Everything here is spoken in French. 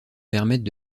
permettent